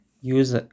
use